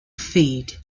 feed